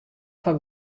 foar